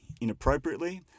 inappropriately